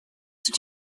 did